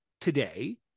today